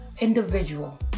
individual